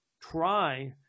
try